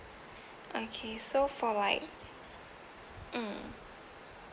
okay so for like mm